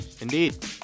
Indeed